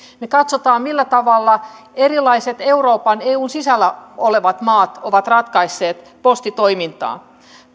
me katsomme millä tavalla erilaiset euroopan eun sisällä olevat maat ovat ratkaisseet postitoimintaa